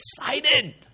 excited